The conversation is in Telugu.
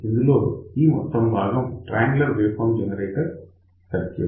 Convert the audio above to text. ఇందులో ఈ మొత్తం భాగం triangular wave form generator circuit